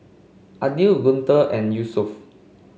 Aidil Guntur and Yusuf